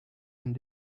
and